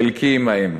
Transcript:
חלקי עמהם.